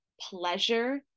pleasure